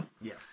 Yes